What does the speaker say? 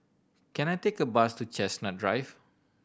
can I take a bus to Chestnut Drive